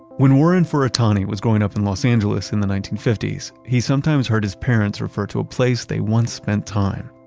when warren furutani was growing up in los angeles in the nineteen fifty s, he sometimes heard his parents refer to a place they once spent time,